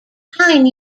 hine